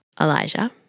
Elijah